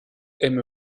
eme